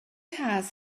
has